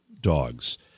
dogs